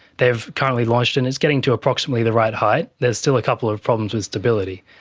they have currently launched and it's getting to approximately the right height. there's still a couple of problems with stability.